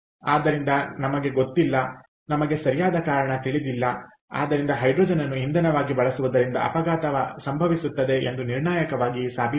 ಆದ್ದರಿಂದ ನಮಗೆ ಗೊತ್ತಿಲ್ಲ ಆದ್ದರಿಂದ ಹೈಡ್ರೋಜನ್ ಅನ್ನು ಇಂಧನವಾಗಿ ಬಳಸುವುದರಿಂದ ಅಪಘಾತ ಸಂಭವಿಸುತ್ತದೆ ಎಂದು ನಿರ್ಣಾಯಕವಾಗಿ ಸಾಬೀತಾಗಿಲ್ಲ